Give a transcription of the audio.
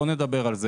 בואו נדבר על כך,